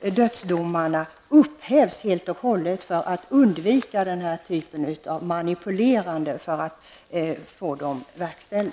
dödsdomar upphävs helt och hållet så att man kan undvika den här typen av manipulerande för att få dem verkställda.